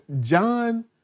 John